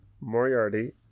Moriarty